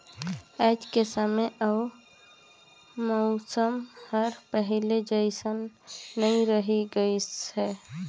आयज के समे अउ मउसम हर पहिले जइसन नइ रही गइस हे